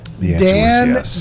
Dan